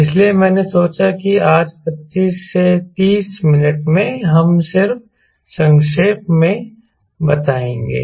इसलिए मैंने सोचा कि आज 25 30 मिनट में हम सिर्फ संक्षेप में बताएंगे